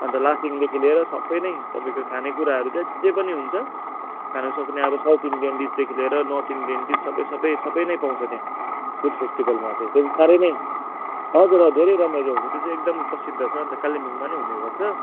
अन्त लाफिङदेखि लिएर सबै नै तपाईँको खानेकुराहरू जे जे पनि हुन्छ खानसक्ने अब साउथ इन्डियान डिसदेखि लिएर नर्थ इन्डियन डिस सबै सबै सबै नै पाउँछ त्यहाँ फुड फेस्टिभेलमा चाहिँ त्यो साह्रै नै हजुर हजुर धेरै रमाइलो हुन्छ त्यो चाहिँ एकदम प्रसिद्ध छ अन्त कालिम्पोङमा पनि हुने गर्छ